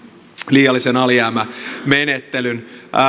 liiallisen alijäämän menettelyn